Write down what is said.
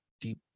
deep